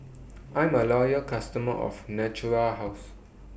I'm A Loyal customer of Natura House